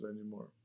anymore